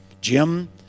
Jim